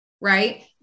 right